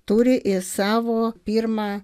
turi ir savo pirmą